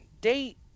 date